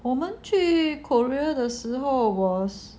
我们去 korea 的时候 was